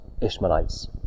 Ishmaelites